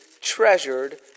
treasured